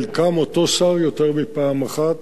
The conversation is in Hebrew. חלקם אותו שר יותר מפעם אחת,